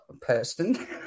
person